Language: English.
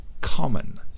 common